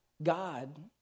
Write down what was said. God